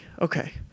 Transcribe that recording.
Okay